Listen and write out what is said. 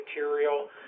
material